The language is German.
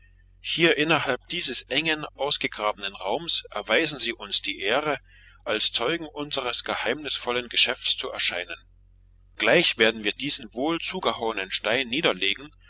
hier innerhalb dieses engen ausgegrabenen raums erweisen sie uns die ehre als zeugen unseres geheimnisvollen geschäftes zu erscheinen gleich werden wir diesen wohlzugehauenen stein niederlegen